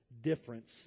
difference